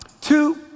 two